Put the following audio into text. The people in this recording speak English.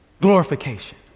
Glorification